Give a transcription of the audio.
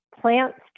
plants